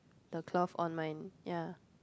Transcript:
the cloth on mine ya